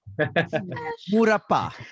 Murapa